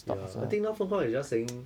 ya I think now feng kuang is just saying